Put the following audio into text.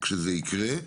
כשזה יקרה.